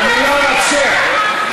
הדבר השני,